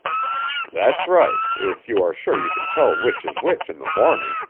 that's right if you are sure you can tell which is which in the morning,